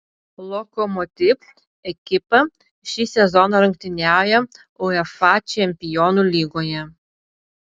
lokomotiv ekipa šį sezoną rungtyniauja uefa čempionų lygoje